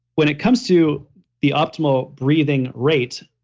when it comes to the optimal breathing rate,